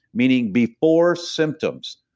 meaning, before symptoms,